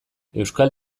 euskal